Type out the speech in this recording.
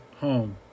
home